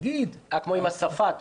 ונגיד --- כמו שיש עם השפה.